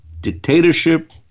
dictatorship